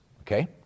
okay